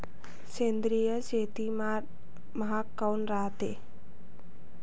सेंद्रिय शेतीमाल महाग काऊन रायते?